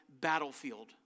battlefield